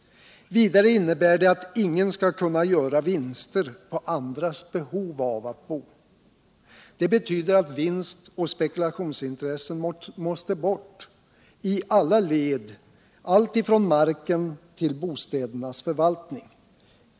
Vidare innebär det att ingen skall kunna göra 29 maj 1978 vinster på andras behov av att bo. Det betyder att vinst och spekulationsintressen måste bort i alla led alltifrån marken till bostädernas förvaltning.